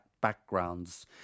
backgrounds